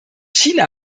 china